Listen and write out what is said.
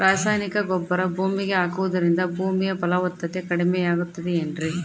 ರಾಸಾಯನಿಕ ಗೊಬ್ಬರ ಭೂಮಿಗೆ ಹಾಕುವುದರಿಂದ ಭೂಮಿಯ ಫಲವತ್ತತೆ ಕಡಿಮೆಯಾಗುತ್ತದೆ ಏನ್ರಿ?